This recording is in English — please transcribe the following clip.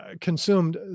consumed